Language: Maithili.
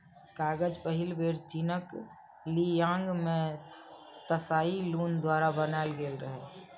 कागज पहिल बेर चीनक ली यांग मे त्साई लुन द्वारा बनाएल गेल रहै